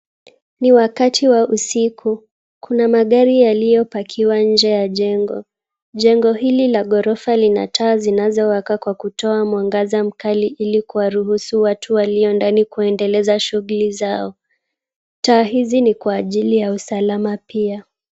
Ni wakati wa usiku. Kuna magari yaliyopakiwa nje ya jengo. Jengo hili la ghorofa lina taa zinazowaka kwa kutoa mwangaza mkali ili kuwaruhusu watu walio ndani kuendeleza shughuli zao. Taa hizi ni kwa ajili ya usalama pia.